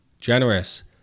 generous